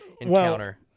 encounter